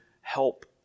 help